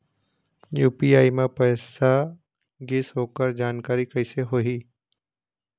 UPI म पैसा गिस ओकर जानकारी कइसे होही?